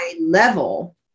level